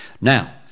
Now